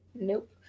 nope